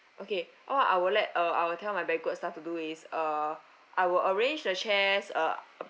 okay oh I will let uh I will tell my banquet staff to do is uh I will arrange the chairs uh